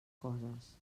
coses